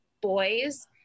boys